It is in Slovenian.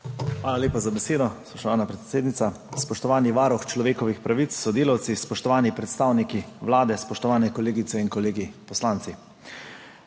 Hvala lepa za besedo, spoštovana predsednica. Spoštovani varuh človekovih pravic s sodelavci, spoštovani predstavniki Vlade, spoštovane kolegice in kolegi poslanci!